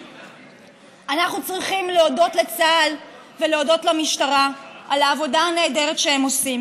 אנחנו צריכים להודות לצה"ל ולהודות למשטרה על העבודה הנהדרת שהם עושים.